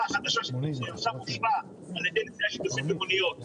החדשה שעכשיו אושרה על ידי נסיעה שיתופית במוניות.